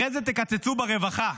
אחרי זה תקצצו ברווחה,